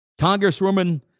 Congresswoman